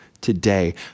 today